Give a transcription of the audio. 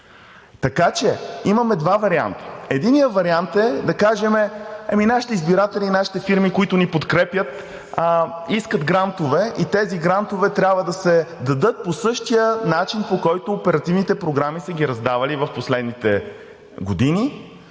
Така че имаме два варианта. Единият вариант е да кажем: ами нашите избиратели, нашите фирми, които ни подкрепят, искат грантове и тези грантове трябва да се дадат по същия начин, по който оперативните програми са ги раздавали в последните години.